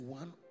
one